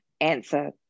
answer